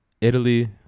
Italy